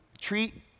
treat